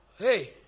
hey